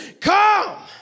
Come